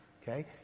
Okay